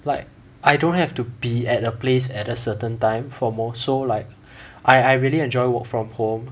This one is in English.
like I don't have to be at a place at a certain time for most so like I I really enjoy work from home